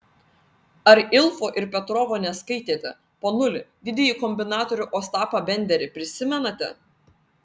ar ilfo ir petrovo neskaitėte ponuli didįjį kombinatorių ostapą benderį prisimenate